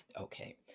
Okay